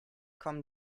kommen